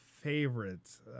favorites